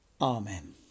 Amen